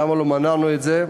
למה לא מנענו את זה.